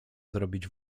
zrobić